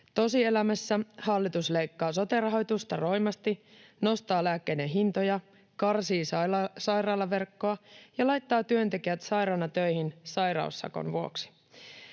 Tosielämässä hallitus leikkaa sote-rahoitusta roimasti, nostaa lääkkeiden hintoja, karsii sairaalaverkkoa ja laittaa työntekijät sairaana töihin sairaussakon vuoksi.